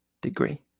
degree